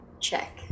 check